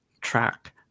track